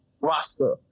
roster